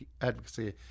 advocacy